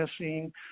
missing